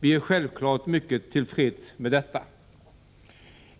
Vi är självfallet mycket till freds med detta.